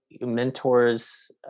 mentors